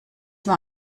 war